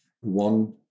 One